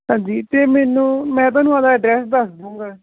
ਹਾਂਜੀ ਅਤੇ ਮੈਨੂੰ ਮੈਂ ਤੁਹਾਨੂੰ ਆਪਣਾ ਐਡਰੈਸ ਦੱਸ ਦੂੰਗਾ